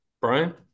Brian